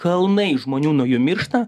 kalnai žmonių nuo jų miršta